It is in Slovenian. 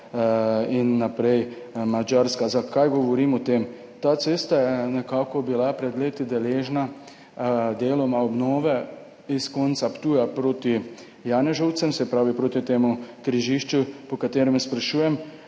in naprej Madžarska. Zakaj govorim o tem? Ta cesta je bila pred leti deležna delne obnove iz konca Ptuja proti Janežovcem, se pravi proti temu križišču, po katerem sprašujem,